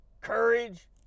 courage